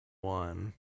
one